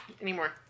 anymore